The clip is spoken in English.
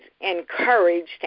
encouraged